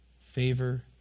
favor